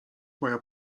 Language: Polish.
moja